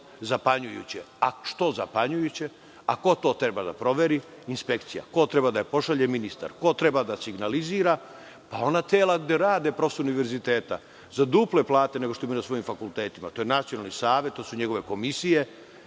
Zapanjujuće. Što zapanjujuće? Ko to treba da proveri? Inspekcija. Ko treba da je pošalje? Ministar. Ko treba da signalizira? Ona tela gde rade profesori univerziteta za duple plate nego što imaju na svojim fakultetima. To je Nacionalni savet, to su njegove komisije